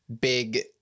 big